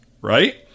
right